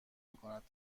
میکند